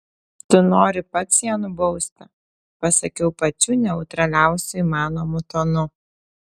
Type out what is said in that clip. tu nori pats ją nubausti pasakiau pačiu neutraliausiu įmanomu tonu